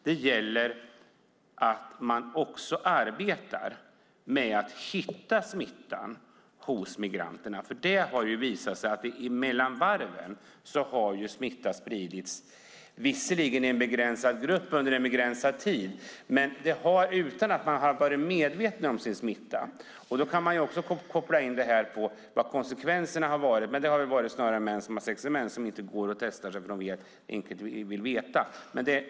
Det gäller att arbeta med att hitta smittan hos migranterna. Det har ju visat sig att mellan varven har smittan spridits, visserligen i en begränsad grupp under en begränsad tid, utan att man har varit medveten om sin smitta. Då kan man koppla in det på vilka konsekvenserna har varit, men det är snarare män som har sex med män som inte går och testar sig därför att de inte vill veta.